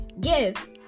Give